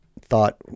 thought